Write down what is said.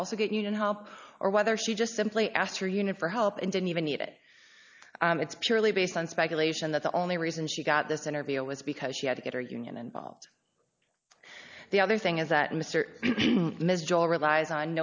also get you know help or whether she just simply asked her unit for help and didn't even need it it's purely based on speculation that the only reason she got this interview was because she had to get her union involved the other thing is that mr joel relies on